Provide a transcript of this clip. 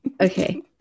Okay